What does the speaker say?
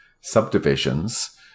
subdivisions